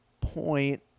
point